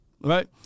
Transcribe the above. Right